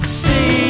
see